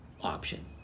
option